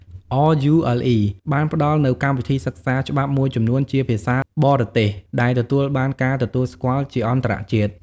RULE ផ្តល់ជូននូវកម្មវិធីសិក្សាច្បាប់មួយចំនួនជាភាសាបរទេស ដែលទទួលបានការទទួលស្គាល់ជាអន្តរជាតិ។